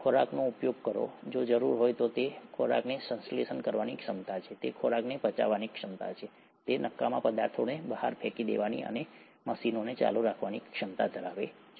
ખોરાકનો ઉપયોગ કરો જો જરૂર હોય તો તે ખોરાકને સંશ્લેષણ કરવાની ક્ષમતા છે તે ખોરાકને પચાવવાની ક્ષમતા છે તે નકામા પદાર્થોને બહાર ફેંકી દેવાની અને મશીનને ચાલુ રાખવાની ક્ષમતા છે